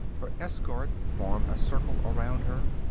her escort form a circle around her,